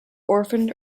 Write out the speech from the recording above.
orphaned